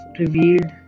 revealed